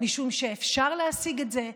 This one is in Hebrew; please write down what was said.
משום שאפשר להשיג את זה,